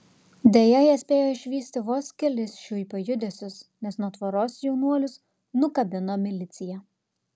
deja jie spėjo išvysti vos kelis šiuipio judesius nes nuo tvoros jaunuolius nukabino milicija